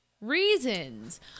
reasons